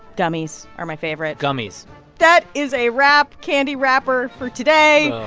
gummies are my favorite gummies that is a wrap candy wrapper for today.